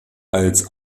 als